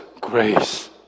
grace